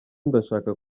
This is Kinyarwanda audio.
ndashaka